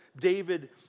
David